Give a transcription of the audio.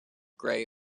grey